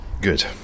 Good